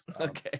okay